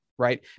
right